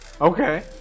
Okay